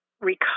recover